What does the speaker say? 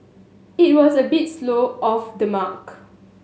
it was a bit slow off the mark